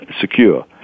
secure